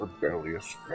rebellious